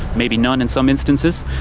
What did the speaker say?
maybe none in some instances.